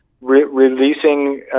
releasing